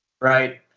right